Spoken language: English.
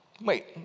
Wait